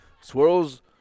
Swirls